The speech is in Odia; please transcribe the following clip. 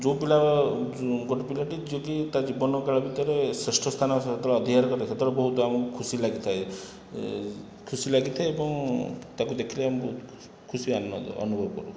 ଯେଉଁ ପିଲା ଗୋଟିଏ ପିଲାଟି ଯଦି ତା ଜୀବନ କାଳ ଭିତରେ ଶ୍ରେଷ୍ଠ ସ୍ଥାନ ସେ ଯେତେବେଳେ ଅଧିକାର କରେ ସେତେବେଳେ ବହୁତ ଆମକୁ ଖୁସି ଲାଗିଥାଏ ଖୁସି ଲାଗିଥାଏ ଏବଂ ତାକୁ ଦେଖିଲେ ଆମେ ବହୁତ ଖୁସି ଅନୁଭବ କରୁ